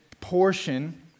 portion